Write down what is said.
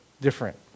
different